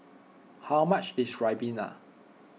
how much is Ribena